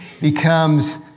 becomes